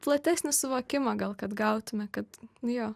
platesnį suvokimą gal kad gautume kad nu jo